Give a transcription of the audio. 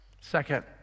Second